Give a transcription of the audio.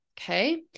okay